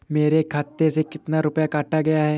मेरे खाते से कितना रुपया काटा गया है?